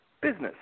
business